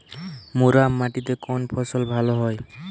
মুরাম মাটিতে কোন ফসল ভালো হয়?